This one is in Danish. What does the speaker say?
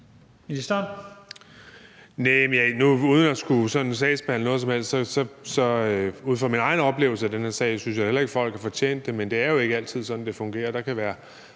sådan at skulle sagsbehandle noget som helst synes jeg ud fra min egen oplevelse af den her sag heller ikke, at folk har fortjent det, men det er jo ikke altid sådan, det fungerer.